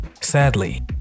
Sadly